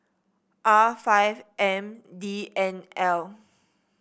R five M D N L